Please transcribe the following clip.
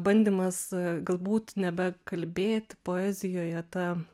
bandymas galbūt nebekalbėti poezijoje ta